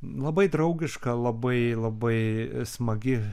labai draugiška labai labai smagi